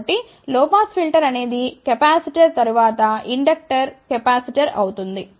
కాబట్టి low pass filter అనేది capacitor తరువాత ఇండక్టర్ కెపాసిటర్ అవుతుంది